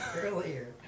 earlier